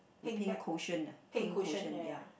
with pink cushion ah pink cushion ya